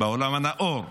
בעולם הנאור,